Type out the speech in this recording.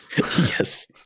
Yes